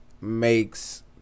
Makes